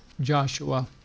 Joshua